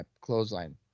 Clothesline